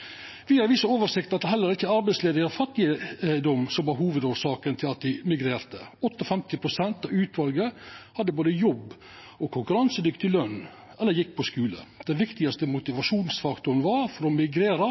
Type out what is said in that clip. at det heller ikkje var arbeidsløyse og fattigdom som var hovudårsaka til at dei migrerte. 58 pst. av utvalet hadde både jobb og konkurransedyktig løn eller gjekk på skule. Den viktigaste motivasjonsfaktoren for å migrera